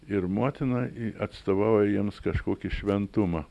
ir motina atstovauja jiems kažkokį šventumą